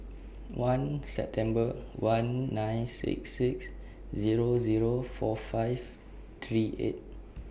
one September one nine six six Zero Zero four five three eight